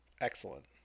Excellent